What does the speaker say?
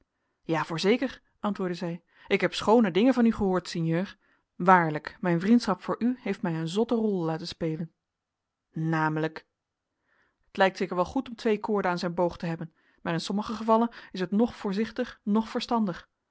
ja voorzeker antwoordde zij ik heb schoone dingen van u gehoord sinjeur waarlijk mijn vriendschap voor u heeft mij een zotte rol laten spelen namelijk t lijkt zeker wel goed om twee koorden aan zijn boog te hebben maar in sommige gevallen is t noch voorzichtig noch verstandig